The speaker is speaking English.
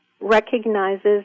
recognizes